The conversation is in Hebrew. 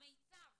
המיצ"ב